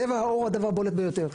צבע העור הוא הדבר הבולט ביותר.